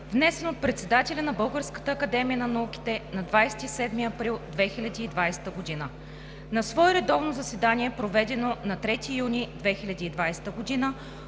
внесен от председателя на Българската академия на науките на 27 април 2020 г. На свое редовно заседание, проведено на 3 юни 2020 г.,